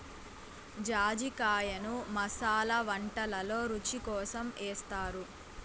జాజికాయను మసాలా వంటకాలల్లో రుచి కోసం ఏస్తారు